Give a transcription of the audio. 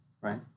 right